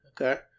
okay